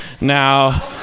Now